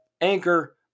Anchor